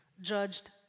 judged